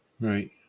right